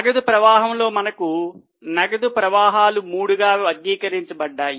నగదు ప్రవాహంలో మనకు నగదు ప్రవాహాలు మూడుగా వర్గీకరించబడ్డాయి